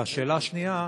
והשאלה השנייה: